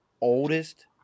oldest